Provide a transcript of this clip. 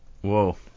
whoa